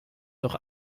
doch